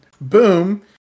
Boom